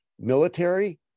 Military